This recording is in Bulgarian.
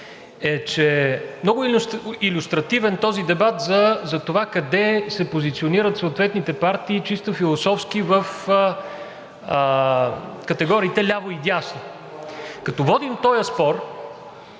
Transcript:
е, че много илюстративен е този дебат за това къде се позиционират съответните партии чисто философски в категориите ляво и дясно. Като водим този спор